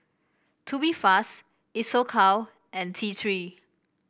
Tubifast Isocal and T Three